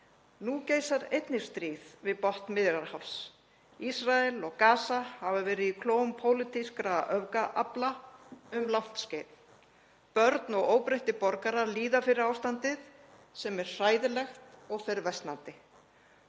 Nú geisar einnig stríð við botn Miðjarðarhafs. Ísrael og Gaza hafa verið í klóm pólitískra öfgaafla um langt skeið. Börn og óbreyttir borgarar líða fyrir ástandið sem er hræðilegt og fer versnandi.